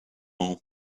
all